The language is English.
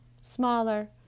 smaller